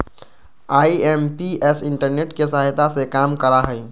IMPS internet के सहायता से काम करा हई